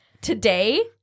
today